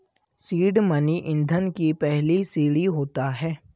seed money ईंधन की पहली सीढ़ी होता है